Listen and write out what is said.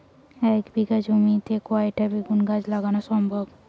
এক বিঘা জমিতে কয়টা বেগুন গাছ লাগানো সম্ভব?